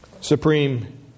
supreme